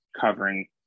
covering